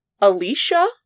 Alicia